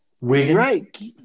Right